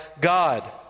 God